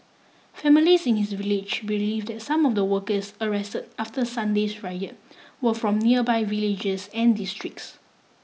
families in his village believe that some of the workers arrest after Sunday's riot were from nearby villages and districts